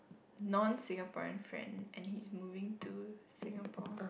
non Singaporean friend and he is moving to Singapore